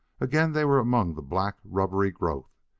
again they were among the black rubbery growth.